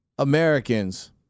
Americans